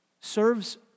serves